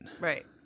Right